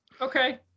Okay